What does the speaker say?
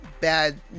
Bad